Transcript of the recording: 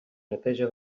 neteja